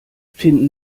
finden